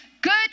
good